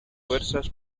fuerzas